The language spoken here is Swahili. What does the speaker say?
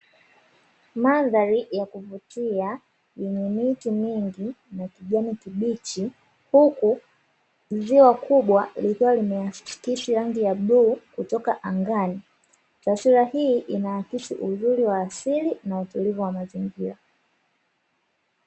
Mandhari ya kuvutia yenye miti mingi ya kijani kibichi, huku ziwa kubwa likiwa limeakisi rangi ya bluu kutoka angani, taswira hii inaakisi uzuri wa asili na utulivu wa mazingira.